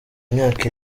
imyaka